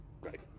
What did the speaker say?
Great